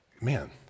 Man